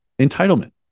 entitlement